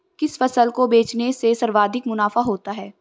किस फसल को बेचने से सर्वाधिक मुनाफा होता है?